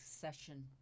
session